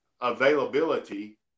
availability